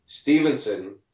Stevenson